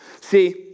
See